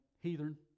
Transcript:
heathen